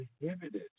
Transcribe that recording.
inhibited